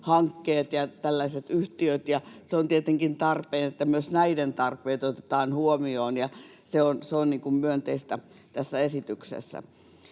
infrahankkeet ja tällaiset yhtiöt, ja se on tietenkin tarpeen, että myös näiden tarpeet otetaan huomioon, ja se on myönteistä tässä esityksessä.